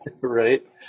Right